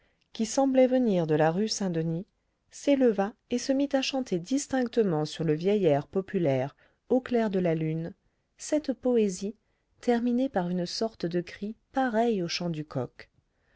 qui semblait venir de la rue saint-denis s'éleva et se mit à chanter distinctement sur le vieil air populaire au clair de la lune cette poésie terminée par une sorte de cri pareil au chant du coq